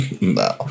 no